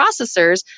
processors